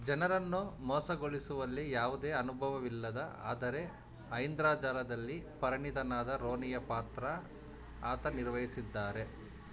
ಜನರನ್ನು ಮೋಸಗೊಳಿಸುವಲ್ಲಿ ಯಾವುದೇ ಅನುಭವವಿಲ್ಲದ ಆದರೆ ಇಂದ್ರಜಾಲದಲ್ಲಿ ಪರಿಣಿತನಾದ ರೋನಿಯ ಪಾತ್ರ ಆತ ನಿರ್ವಹಿಸಿದ್ದಾರೆ